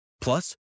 Plus